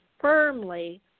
firmly